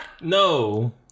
No